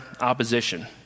opposition